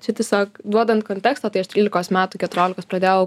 čia tiesiog duodant kontekstą tai aš trylikos metų keturiolikos pradėjau